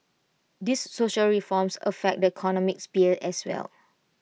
these social reforms affect the economic sphere as well